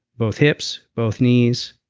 both hips, both knees,